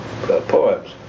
poems